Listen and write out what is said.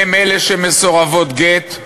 הן אלה שמסורבות גט,